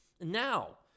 Now